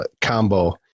combo